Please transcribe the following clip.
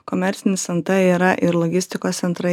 komercinis nt yra ir logistikos centrai